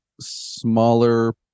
smaller